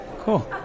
Cool